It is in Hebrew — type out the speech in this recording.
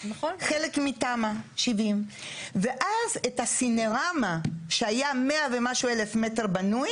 חלק מתמ"א 70. ואז את הסינרמה שהיה 100 ומשהו אלף מטר בנוי